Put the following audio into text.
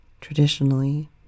Traditionally